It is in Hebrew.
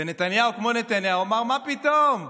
ונתניהו, כמו נתניהו אמר: מה פתאום?